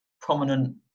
prominent